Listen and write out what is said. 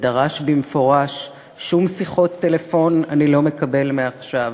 ודרש במפורש: שום שיחות טלפון / אני לא מקבל מעכשיו.